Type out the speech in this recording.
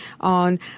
on